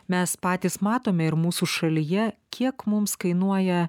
mes patys matome ir mūsų šalyje kiek mums kainuoja